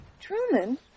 Truman